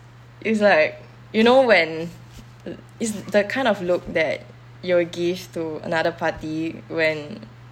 is like you know when is the kind of look that you'll give to another party when